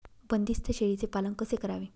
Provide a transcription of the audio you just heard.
बंदिस्त शेळीचे पालन कसे करावे?